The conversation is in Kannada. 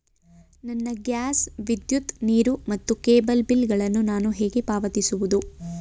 ನನ್ನ ಗ್ಯಾಸ್, ವಿದ್ಯುತ್, ನೀರು ಮತ್ತು ಕೇಬಲ್ ಬಿಲ್ ಗಳನ್ನು ನಾನು ಹೇಗೆ ಪಾವತಿಸುವುದು?